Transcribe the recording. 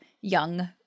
young